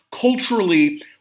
culturally